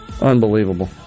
Unbelievable